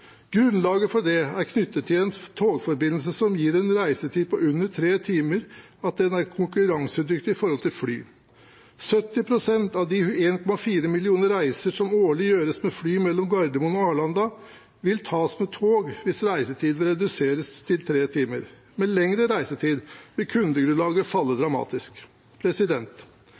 Grunnlaget for det er knyttet til at en togforbindelse som gir en reisetid på under 3 timer, er konkurransedyktig i forhold til fly. 70 pst. av de 1,4 millioner reiser som årlig gjøres med fly mellom Gardermoen og Arlanda, vil tas med tog hvis reisetiden reduseres til 3 timer. Med lengre reisetid vil kundegrunnlaget falle dramatisk.